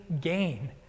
gain